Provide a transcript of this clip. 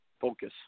focus